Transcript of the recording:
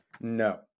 No